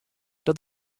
dat